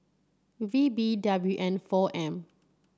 V B W N four M